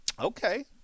Okay